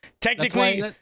Technically-